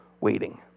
waiting